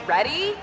Ready